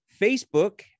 facebook